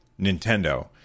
Nintendo